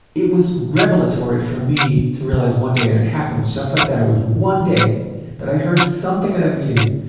it was revelatory for me to realize one day, and it happened just like that, it was one day that i heard something at a meeting,